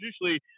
usually